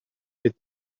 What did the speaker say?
did